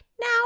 Now